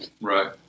Right